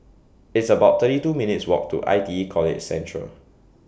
It's about thirty two minutes' Walk to I T E College Central